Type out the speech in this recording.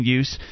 use